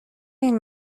این